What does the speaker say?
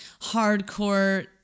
hardcore